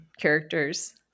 characters